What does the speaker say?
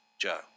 Joe